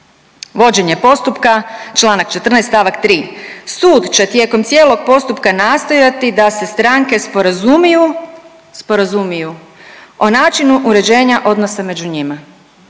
Vođenje postupka, čl. 14 st. 3, sud će tijekom cijelog postupka nastojati da se stranke sporazumiju, sporazumiju o načinu uređenja odnosa među njima.